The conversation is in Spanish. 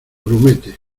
grumete